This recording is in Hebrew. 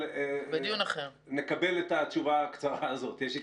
אבל נקבל את התשובה הקצרה הזאת יש התקדמות.